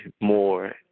more